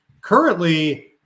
currently